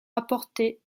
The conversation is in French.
apportait